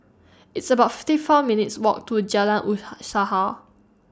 It's about fifty four minutes' Walk to Jalan